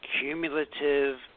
cumulative